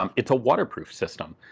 um it's a waterproof system.